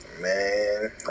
Man